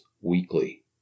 weekly